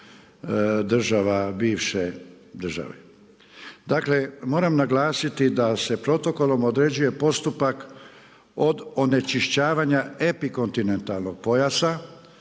država bivše države. Dakle moram naglasiti da se protokolom određuje postupak od onečišćavanja epikontinentalnog pojasa